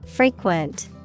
Frequent